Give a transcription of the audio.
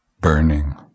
burning